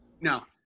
No